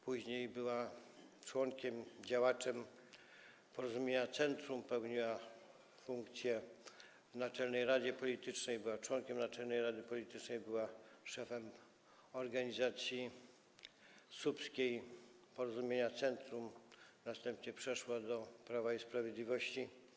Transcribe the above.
Później była członkiem i działaczem Porozumienia Centrum, pełniła funkcję w naczelnej radzie politycznej, była członkiem naczelnej rady politycznej, była szefem organizacji słupskiej Porozumienia Centrum, następnie przeszła do Prawa i Sprawiedliwości.